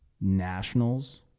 Nationals